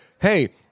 Hey